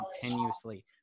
continuously